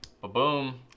ba-boom